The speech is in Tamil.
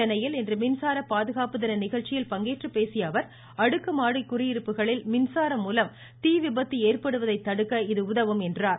சென்னையில் இன்று மின்சார பாதுகாப்பு தின நிகழ்ச்சியில் பங்கேற்று பேசிய அவர் அடுக்கு மாடி குடியிருப்புகளில் மின்சாரம் மூலம் தீ விபத்து ஏற்படுவதை தடுக்க இது உதவும் என்றார்